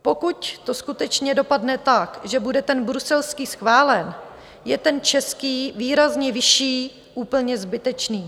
Pokud to skutečně dopadne tak, že bude ten bruselský schválen, je ten český, výrazně vyšší, úplně zbytečný.